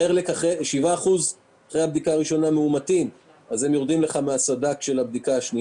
7% מאומתים אחרי הבדיקה הראשונה,